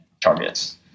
targets